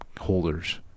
holders